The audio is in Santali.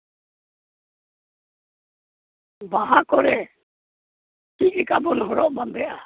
ᱵᱟᱦᱟ ᱠᱚᱨᱮ ᱪᱮᱫᱞᱮᱠᱟ ᱵᱚᱱ ᱦᱚᱨᱚᱜ ᱵᱟᱸᱫᱮᱜᱼᱟ